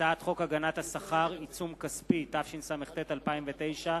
הצעת חוק הגנת השכר (עיצום כספי), התשס”ט 2009,